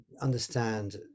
understand